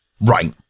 Right